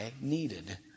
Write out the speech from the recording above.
needed